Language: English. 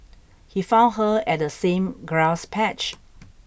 he found her at the same grass patch